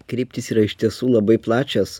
kryptys yra iš tiesų labai plačios